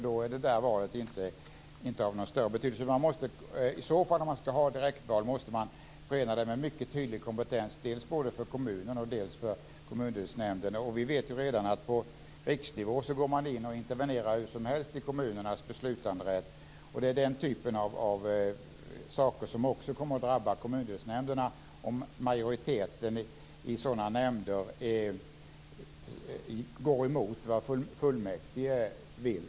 Då är valet inte av någon större betydelse. Ett direktval måste förenas med tydlig kompetens både för kommunen och för kommundelsnämnden. Vi vet redan att man på riksnivå går in och intervenerar hur som helst i kommunernas beslutanderätt. Det är den typen av saker som kommer att drabba kommundelsnämnderna om majoriteten i sådana nämnder går emot vad fullmäktige vill.